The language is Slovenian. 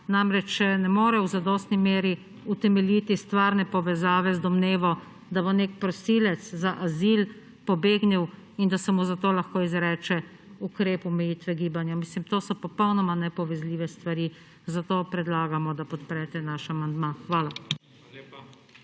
namreč ne more v zadostni meri utemeljiti stvarne povezave z domnevo, da bo nek prosilec za azil pobegnil in da se mu za to lahko izreče ukrep omejitve gibanja. To so popolnoma nepovezljive stvari, zato predlagamo, da podprete naš amandma. Hvala.